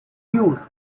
youth